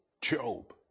Job